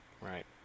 Right